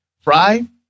Fry